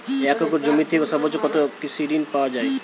এক একর জমি থেকে সর্বোচ্চ কত কৃষিঋণ পাওয়া য়ায়?